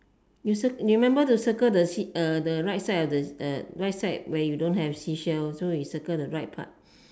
you circle remember to circle the sea uh the right side of the uh right side where you don't have seashell so you circle the right part